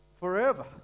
Forever